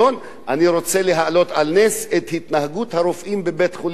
אני רוצה להעלות על נס את התנהגות הרופאים בבית-חולים "איכילוב".